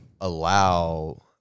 allow